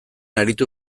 aritu